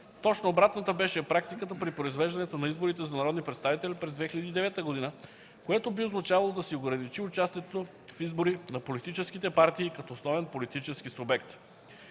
(точно обратната беше практиката при произвеждането на изборите за народни представители през 2009 г.), което би означавало да се ограничи участието в избори на политическите партии като основен политически субект.